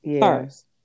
first